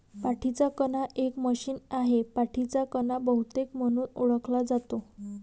पाठीचा कणा एक मशीन आहे, पाठीचा कणा बहुतेक म्हणून ओळखला जातो